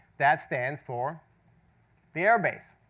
that stands for the airbase.